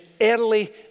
early